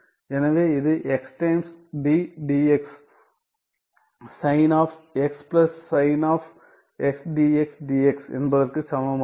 எனவே இது x times d dx sine of x plus sine of x dx dx என்பதற்கு சமமாகும்